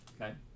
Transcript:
Okay